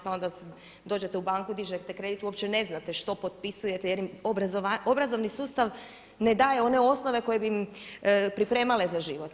Pa onda dođete u banku, dižete kredit, uopće ne znate što potpisujete, jer im obrazovni sustav ne daje one osnove koje bi ih pripremale za život.